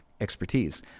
expertise